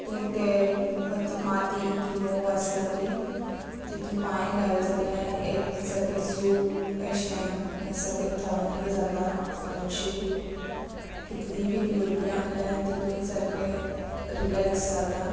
तितून ते माती ती मोव आसता ती तितून पांय घाल जाल्या एक सारकें सूक अशे सारके थंड जाता सगलो जीव कितली बी गरमी आहल्या तितून सारके रिलेक्स जाता